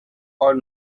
old